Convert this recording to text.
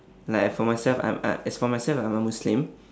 like for myself I'm I as for myself I'm a muslim